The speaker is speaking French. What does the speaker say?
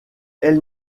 elle